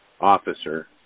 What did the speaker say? officer